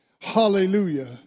Hallelujah